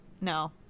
No